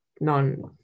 non